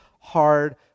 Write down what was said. hard